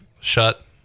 shut